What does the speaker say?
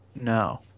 No